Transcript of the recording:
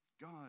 God